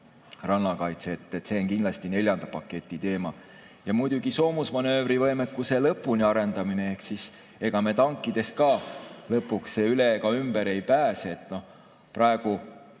rannakaitse on kindlasti neljanda paketi teema. Ja muidugi soomusmanöövrivõimekuse lõpuni arendamine. Ega me tankidest ka lõpuks üle ega ümber ei pääse. Praegu